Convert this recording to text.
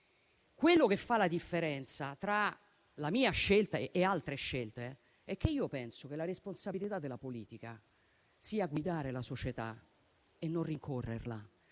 Quello che fa la differenza tra la mia scelta e altre scelte è che io penso che la responsabilità della politica sia guidare la società, non rincorrerla.